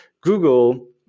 Google